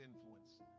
influence